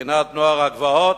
בבחינת נוער הגבעות?